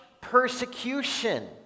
persecution